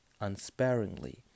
unsparingly